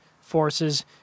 forces